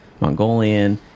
Mongolian